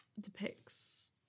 depicts